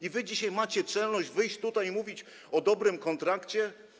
I wy dzisiaj macie czelność wyjść tutaj i mówić o dobrym kontrakcie?